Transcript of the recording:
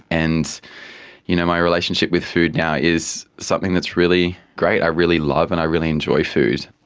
and you know my relationship with food now is something that's really great. i really love and i really enjoy food.